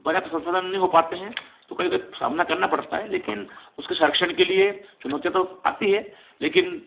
पर्याप्त संसाधन नहीं हो पाते हैं तो कभी कभी सामना करना पड़ता है लेकिन उसके संरक्षण के लिए चुनौतियाँ तो आती हैं लेकिन